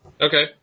Okay